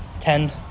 ten